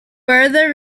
further